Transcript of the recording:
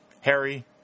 Harry